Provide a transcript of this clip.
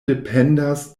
dependas